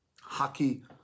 hockey